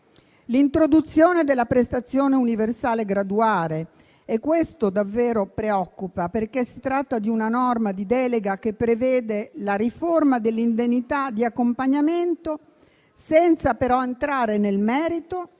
L'introduzione della prestazione universale graduale: questo davvero preoccupa, perché si tratta di una norma di delega che prevede la riforma dell'indennità di accompagnamento senza però entrare nel merito